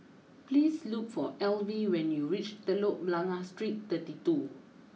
please look for Alvie when you reach Telok Blangah Street thirty two